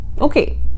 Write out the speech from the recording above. okay